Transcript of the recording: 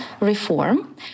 reform